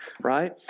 right